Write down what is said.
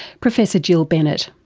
professor jill bennett.